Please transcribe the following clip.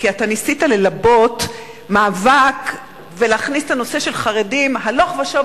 כי ניסית ללבות מאבק ולהכניס את הנושא של חרדים הלוך ושוב,